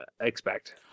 expect